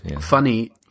Funny